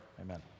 amen